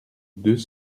deux